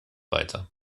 weiter